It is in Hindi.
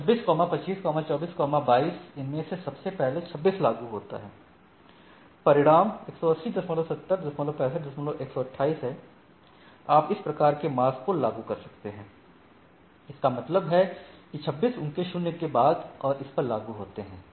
26 25 24 22 इनमें सबसे पहले 26 लागू होता है परिणाम 1807065128 है आप इस प्रकार के मास्क को लागू कर सकते हैं इसका मतलब है कि 26 उनके शून्य के बाद और इस पर लागू होते हैं